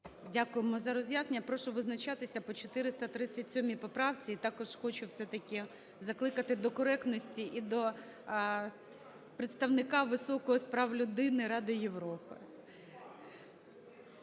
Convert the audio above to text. Дякуємо за роз'яснення. Прошу визначатися по 437 поправці. І також хочу все-таки закликати до коректності і до представника високого з прав людини Ради Європи.